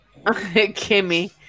Kimmy